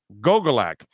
Gogolak